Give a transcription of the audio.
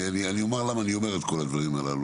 אני אומר למה אני אומר את כל הדברים הללו,